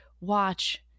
watch